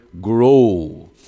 grow